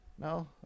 No